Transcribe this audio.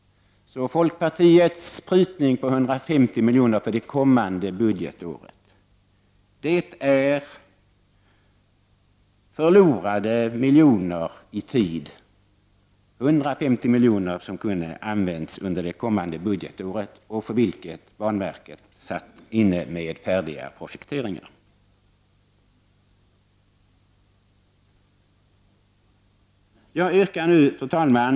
Folkpartiets prutning med 150 milj.kr. för det kommande budgetåret innebär således förlorade miljoner i tid. Det handlar alltså om 150 miljoner som kunde ha använts under kommande budgetår. Dessutom hade banverket färdiga projekteringar till samma belopp. Fru talman!